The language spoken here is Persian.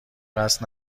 قصد